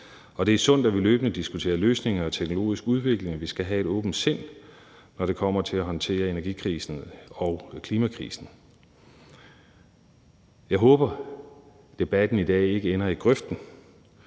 det er sundt, at vi løbende diskuterer løsninger og teknologisk udvikling. Vi skal have et åbent sind, når det kommer til at håndtere energikrisen og klimakrisen. Jeg håber, at debatten i dag ikke ender i grøften,